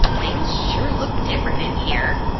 things sure look different in here!